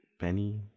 Benny